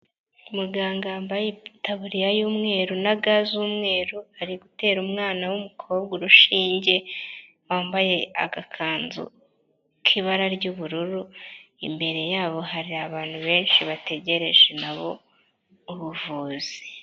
Muganga yambaye itaburiya y'umweru na ga z'umweru; ari gutera umwana w'umukobwa urushinge wambaye agakanzu k'ibara ry'ubururu; imbere yabo hari abantu benshi bategereje nabo ubuvuzi.